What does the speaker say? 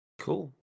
Cool